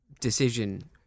decision